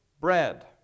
bread